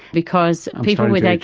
because people with, like